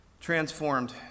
transformed